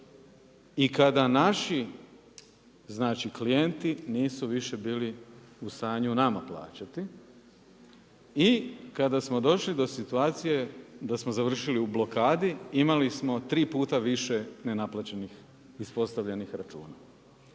i kada naši, znači klijenti nisu više bili u stanju nama plaćati i kada smo došli do situacije da smo završili u blokadi. Imali smo tri puta više nenaplaćenih ispostavljenih računa.